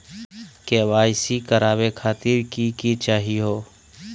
KYC करवावे खातीर कि कि चाहियो?